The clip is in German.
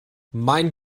mein